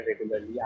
regularly